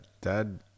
dad